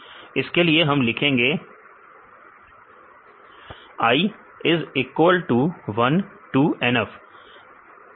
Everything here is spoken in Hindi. इसके लिए हम लिखेंगे I is equal to 1 to NF